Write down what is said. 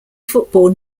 football